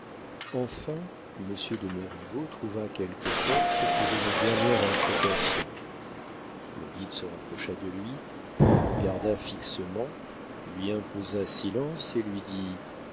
enfin monsieur de montriveau trouva quelques forces pour une dernière imprécation le guide se rapprocha de lui le regarda fixement lui imposa silence et lui dit